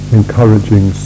encouraging